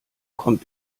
kommt